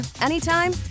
anytime